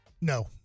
No